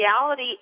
reality